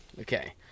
Okay